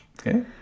Okay